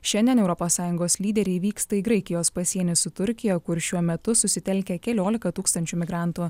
šiandien europos sąjungos lyderiai vyksta į graikijos pasienį su turkija kur šiuo metu susitelkę keliolika tūkstančių migrantų